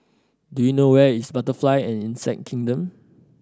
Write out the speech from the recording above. do you know where is Butterfly and Insect Kingdom